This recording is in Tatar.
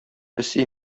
песи